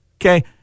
Okay